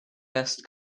best